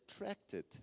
attracted